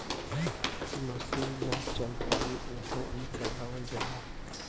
मसीन ना चल पाई उहा ई चलावल जाला